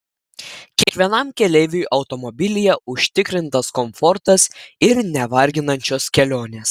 kiekvienam keleiviui automobilyje užtikrintas komfortas ir nevarginančios kelionės